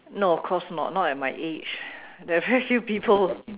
no of course not not at my age there are very few people